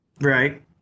Right